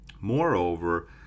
Moreover